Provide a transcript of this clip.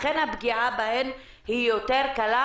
לכן הפגיעה בהן היא יותר קלה,